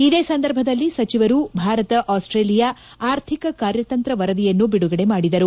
ಇದೇ ಸಂದರ್ಭದಲ್ಲಿ ಸಚಿವರು ಭಾರತ ಆಸ್ಲೇಲಿಯಾ ಆರ್ಥಿಕ ಕಾರ್ಯತಂತ್ರ ವರದಿಯನ್ನು ಬಿಡುಗಡೆ ಮಾಡಿದರು